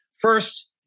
First